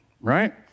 right